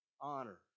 honor